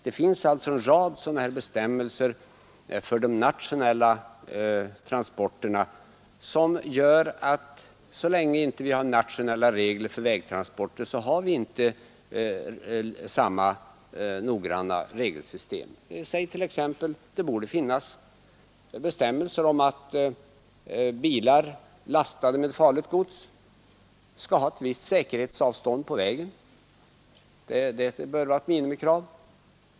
Det finns alltså en rad bestämmelser för de nationella transporterna på järnväg. Så länge vi inte har nationella regler för vägtransporter har vi inte samma noggranna regelsystem för vägtransporter som för järnvägstransporter. Det borde t.ex. finnas bestämmelser om att bilar lastade med farligt gods skall hålla ett visst säkerhetsavstånd på vägen. Det borde vara ett minimikrav.